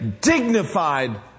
dignified